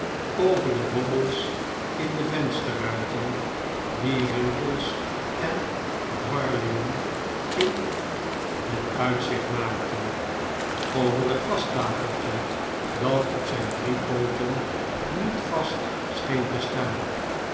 over de bobbels in de vensterruiten die rimpels en dwarrelingen in het uitzicht maakten over het waschtafeltje dat op zijn drie pooten niet vast scheen te staan